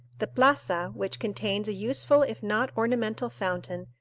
the plaza, which contains a useful if not ornamental fountain,